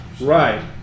Right